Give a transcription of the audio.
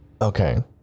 Okay